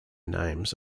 names